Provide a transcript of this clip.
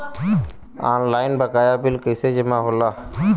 Online बकाया bill कैसे जमा होला?